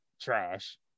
Trash